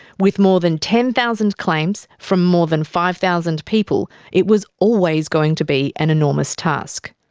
with more than ten thousand claims from more than five thousand people, it was always going to be an enormous task.